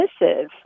dismissive